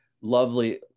lovely